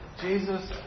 Jesus